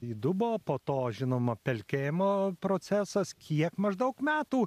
įdubo po to žinoma pelkėjimo procesas kiek maždaug metų